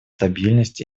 стабильность